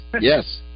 yes